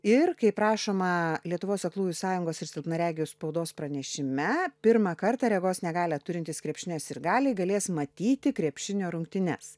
ir kaip rašoma lietuvos aklųjų sąjungos ir silpnaregių spaudos pranešime pirmą kartą regos negalią turintys krepšinio sirgaliai galės matyti krepšinio rungtynes